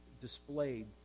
displayed